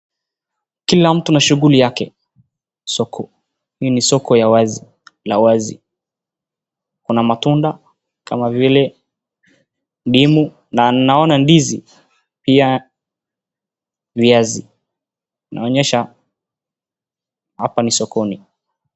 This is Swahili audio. Kila mtu na shughuli yake soko. Hili ni soko la wazi. Kuna matunda kama vile ndimu na naona ndizi, pia viazi. Inaonyesha hapa ni sokoni.